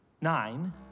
nine